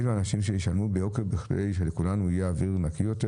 אלו האנשים שישלמו ביוקר בכדי שלכולנו יהיה אוויר נקי יותר?